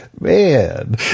Man